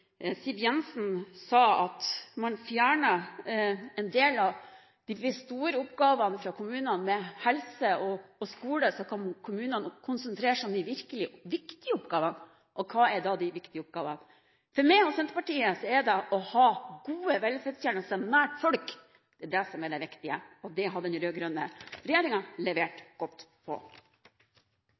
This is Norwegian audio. Siv Jensen si at man fjernet en del av de store oppgavene fra kommunene med tanke på helse og skole, så kunne kommunene konsentrere seg om de virkelig viktige oppgavene. Og hva er de viktige oppgavene? For meg og Senterpartiet er det å ha gode velferdstjenester nær folk – det er det som er det viktige, og det har den rød-grønne regjeringen levert godt på.